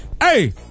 Hey